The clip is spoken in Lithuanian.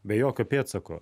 be jokio pėdsako